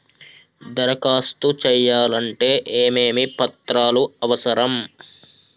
దరఖాస్తు చేయాలంటే ఏమేమి పత్రాలు అవసరం?